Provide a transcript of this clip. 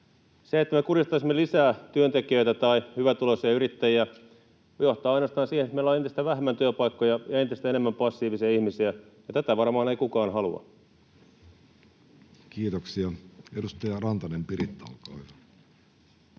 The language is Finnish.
Se, että me kurjistaisimme lisää työntekijöitä tai hyvätuloisia yrittäjiä, johtaa ainoastaan siihen, että meillä on entistä vähemmän työpaikkoja ja entistä enemmän passiivisia ihmisiä, ja tätä varmaan ei kukaan halua. [Speech 232] Speaker: Jussi Halla-aho